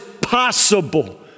possible